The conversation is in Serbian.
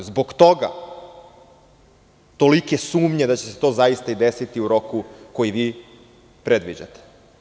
Zbog toga tolike sumnje da će se to zaista i desiti u roku koji vi predviđate.